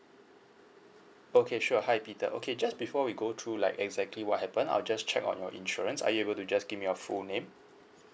okay sure hi peter okay just before we go through like exactly what happen I'll just check on your insurance are you able to just give me your full name